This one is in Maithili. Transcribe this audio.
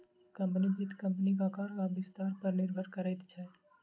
कम्पनी, वित्त कम्पनीक आकार आ विस्तार पर निर्भर करैत अछि